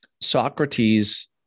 Socrates